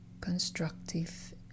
Constructive